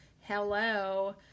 hello